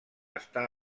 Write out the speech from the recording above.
està